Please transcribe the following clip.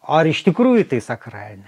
ar iš tikrųjų tai sakralinė